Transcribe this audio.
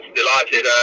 delighted